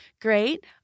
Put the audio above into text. great